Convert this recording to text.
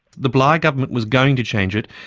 the bligh government was going to change it,